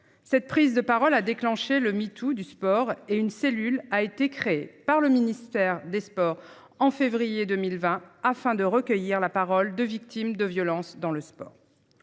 Cette prise de parole a déclenché le MeToo, du sport et une cellule a été créée par le ministère des Sports en février 2020 afin de recueillir la parole de victimes de violence dans le sport.